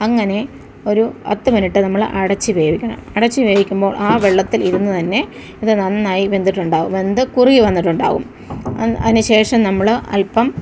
അങ്ങനെ ഒരു പത്ത് മിനിറ്റ് നമ്മൾ അടച്ച് വേവിക്കണം അടച്ച് വേവിക്കുമ്പോൾ ആ വെള്ളത്തിൽ ഇരുന്ന് തന്നെ ഇത് നന്നായി വെന്തിട്ടുണ്ടാവും വെന്ത് കുറുകി വന്നിട്ടുണ്ടാവും അതിന് ശേഷം നമ്മൾ അല്പം